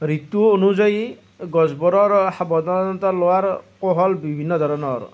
ঋতু অনুযায়ী গছবোৰৰ সাৱধানতা লোৱাৰ কৌশল বিভিন্ন ধৰনৰ